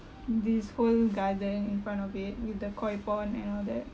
this whole garden in front of it with the koi pond and all that